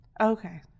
Okay